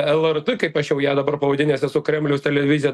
lrt kaip aš jau ją dabar pavadinęs esu kremliaus televizija